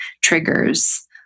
triggers